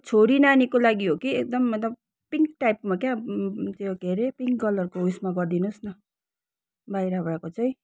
छोरी नानीको लागि हो कि एकदम मतलब पिङ्क टाइपमा क्या त्यो के हरे पिङ्क कलरको उएसमा गर्दिनु होस् न बाहिरबाटको चाहिँ